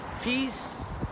Peace